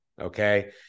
Okay